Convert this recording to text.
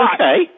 Okay